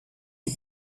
die